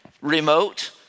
remote